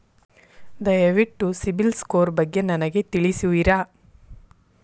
ದಯವಿಟ್ಟು CIBIL score ಬಗ್ಗೆ ನನಗೆ ತಿಳಿಸುವಿರಾ?